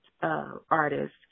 artist